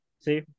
See